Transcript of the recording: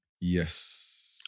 Yes